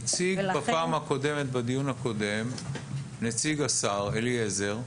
הציג בפעם הקודמת, בדיון הקודם, נציג השר אליעזר,